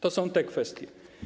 To są te kwestie.